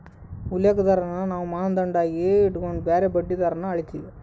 ಉಲ್ಲೇಖ ದರಾನ ನಾವು ಮಾನದಂಡ ಆಗಿ ಇಟಗಂಡು ಬ್ಯಾರೆ ಬಡ್ಡಿ ದರಾನ ಅಳೀತೀವಿ